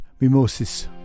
Mimosis